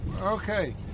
Okay